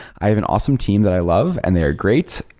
i have an awesome team that i love and they are great.